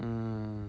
mm